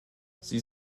sie